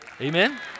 Amen